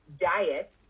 diet